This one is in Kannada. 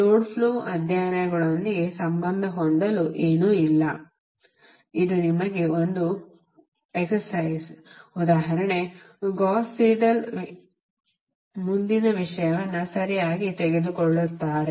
ಲೋಡ್ ಫ್ಲೋ ಅಧ್ಯಯನಗಳೊಂದಿಗೆ ಸಂಬಂಧ ಹೊಂದಲು ಏನೂ ಇಲ್ಲ ಇದು ನಿಮಗೆ ಒಂದು ವ್ಯಾಯಾಮ ಉದಾಹರಣೆ ಗೌಸ್ ಸೀಡೆಲ್ ಮುಂದಿನ ವಿಷಯವನ್ನು ಸರಿಯಾಗಿ ತೆಗೆದುಕೊಳ್ಳುತ್ತಾರೆ